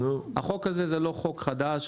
החוק הזה זה לא חוק חדש.